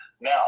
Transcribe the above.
Now